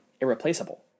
irreplaceable